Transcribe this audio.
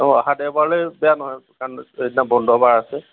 অঁ অহা দেওবাৰলৈ বেয়া নহয় কাৰণ সেইদিনা বন্ধ বাৰ আছে